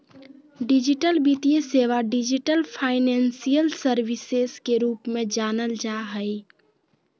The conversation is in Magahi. डिजिटल वित्तीय सेवा, डिजिटल फाइनेंशियल सर्विसेस के रूप में जानल जा हइ